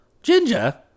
Ginger